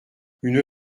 une